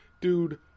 dude